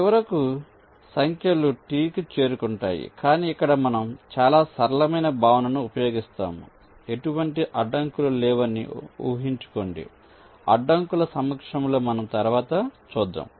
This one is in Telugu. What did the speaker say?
కాబట్టి చివరకు సంఖ్యలు T కి చేరుకుంటాయి కాని ఇక్కడ మనం చాలా సరళమైన భావనను ఉపయోగిస్తాము ఎటువంటి అడ్డంకులు లేవని ఊహించుకోండి అడ్డంకుల సమక్షంలో మనం తరువాత చూద్దాం